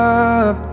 up